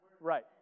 Right